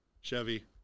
Chevy